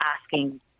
asking